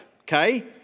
Okay